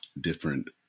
different